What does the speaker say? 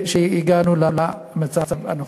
שהגענו למצב הנוכחי.